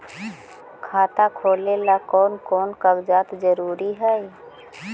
खाता खोलें ला कोन कोन कागजात जरूरी है?